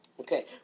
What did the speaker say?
Okay